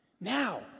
Now